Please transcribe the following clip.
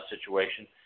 situation